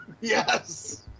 Yes